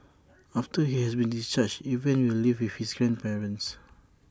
after he has been discharged Evan will live with his grandparents